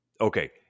okay